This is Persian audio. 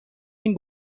این